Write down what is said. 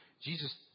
Jesus